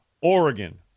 Oregon